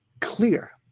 clear